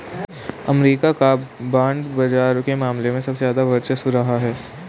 अमरीका का बांड बाजार के मामले में सबसे ज्यादा वर्चस्व रहा है